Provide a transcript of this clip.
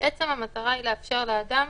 והמטרה היא לאפשר לאדם,